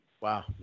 Wow